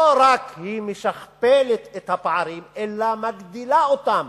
לא רק שהיא משכפלת את הפערים אלא היא מגדילה אותם,